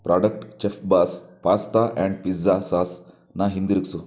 product Chefboss pasta and pizza ಸಾಸ್ನ ಹಿಂದಿರುಗಿಸು